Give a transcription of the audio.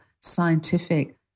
scientific